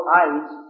eyes